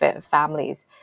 families